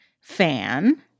fan